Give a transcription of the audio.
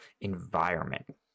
environment